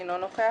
אינו נוכח.